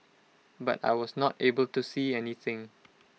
but I was not able to see anything